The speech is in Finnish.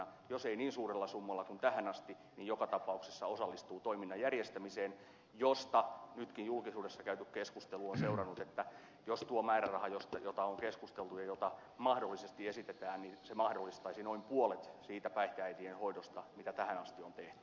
jos se ei tapahdu niin suurella summalla kuin tähän asti niin joka tapauksessa se osallistuu toiminnan järjestämiseen ja siitä nytkin julkisuudessa käyty keskustelu on seurannut että tuo määräraha josta on keskusteltu ja jota mahdollisesti esitetään mahdollistaisi noin puolet siitä päihdeäitien hoidosta mitä tähän asti on tehty